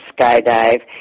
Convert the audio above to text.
skydive